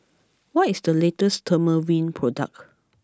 what is the latest Dermaveen product